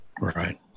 Right